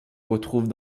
retrouve